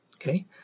okay